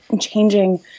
changing